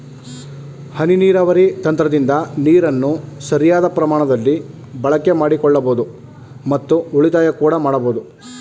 ಹನಿ ನೀರಾವರಿ ತಂತ್ರದಿಂದ ನೀರನ್ನು ಸರಿಯಾದ ಪ್ರಮಾಣದಲ್ಲಿ ಬಳಕೆ ಮಾಡಿಕೊಳ್ಳಬೋದು ಮತ್ತು ಉಳಿತಾಯ ಕೂಡ ಮಾಡಬೋದು